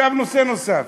עכשיו נושא נוסף.